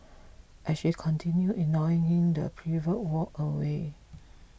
as she continued ignoring him the pervert walked away